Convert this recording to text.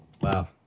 wow